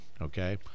Okay